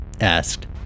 asked